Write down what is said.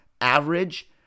average